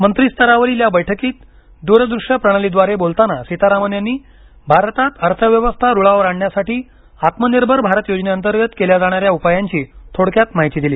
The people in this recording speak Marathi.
मंत्री स्तरावरील या बैठकीत द्र दृश्य प्रणालीद्वारे बोलताना सीतारामन यांनी भारतात अर्थव्यवस्था रुळावर आणण्यासाठी आत्मनिर्भर भारत योजने अंतर्गत केल्या जाणाऱ्या उपायांची थोडक्यात माहिती दिली